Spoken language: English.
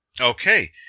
Okay